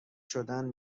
شدن